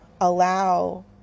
allow